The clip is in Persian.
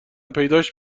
پیداش